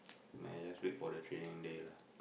man just wait for the training day lah